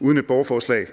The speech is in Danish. uden et borgerforslag.